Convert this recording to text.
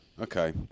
Okay